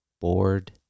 bored